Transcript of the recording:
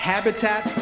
Habitat